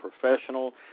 professional